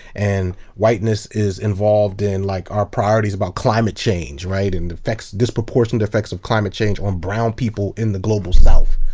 and whiteness is involved in like our priorities about climate change, right? and the effects, disproportionate effects of climate change on brown people in the global south.